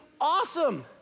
awesome